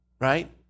right